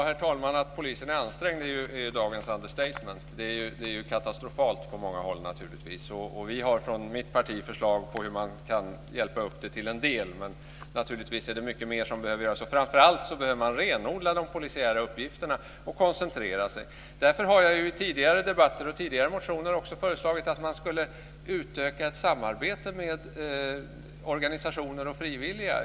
Herr talman! Att polisen är ansträngd är dagens understatement. Det är katastrofalt på många håll. Vi har från mitt parti förslag på hur man kan hjälpa upp det till en del, men naturligtvis är det mycket mer som behöver göras. Framför allt behöver man renodla de polisiära uppgifterna och koncentrera sig. Därför har jag i tidigare debatter och tidigare motioner också föreslagit att man skulle utöka samarbetet med organisationer och frivilliga.